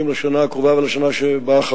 אז הברירה היחידה בפניהם זה למעשה לקבל הלוואה.